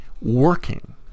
working